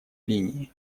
линии